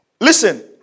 Listen